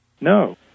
No